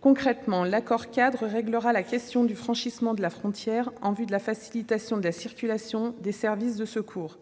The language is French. Concrètement, l'accord-cadre avec la Suisse réglera la question du franchissement de la frontière, en vue de la facilitation de la circulation des services de secours.